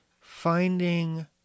finding